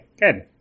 good